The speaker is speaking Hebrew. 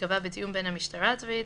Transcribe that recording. ייקבע בתיאום בין המשטרה הצבאית